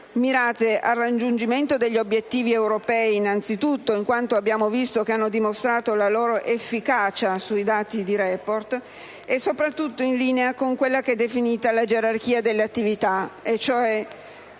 al raggiungimento degli obiettivi europei (in quanto abbiamo visto che hanno dimostrato la loro efficacia sui dati di *report*) e soprattutto in linea con quella che è definita la gerarchia delle attività, cioè